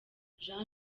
jean